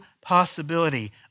possibility